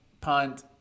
punt